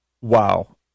wow